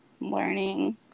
learning